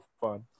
fun